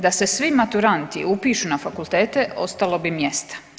Da se svi maturanti upišu na fakultete ostalo bi mjesta.